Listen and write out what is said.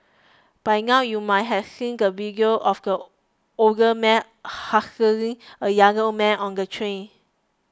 by now you might have seen the video of the older man hassling a younger man on the train